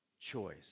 choice